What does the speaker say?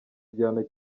igihano